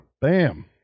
Bam